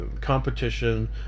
competition